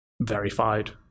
verified